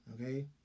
Okay